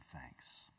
thanks